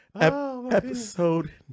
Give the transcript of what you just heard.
Episode